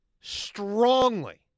strongly